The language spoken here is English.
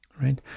Right